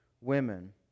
women